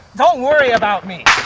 don't worry about me,